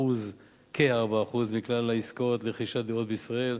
כ-4% מכלל העסקאות לרכישת דירות בישראל.